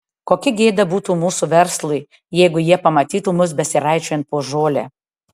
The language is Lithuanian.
kokia gėda būtų mūsų verslui jeigu jie pamatytų mus besiraičiojant po žolę